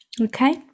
okay